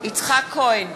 יצחק כהן,